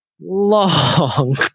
long